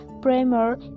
Primer